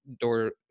door